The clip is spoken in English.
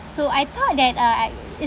so I thought that uh I